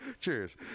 cheers